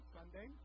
Sunday